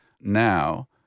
Now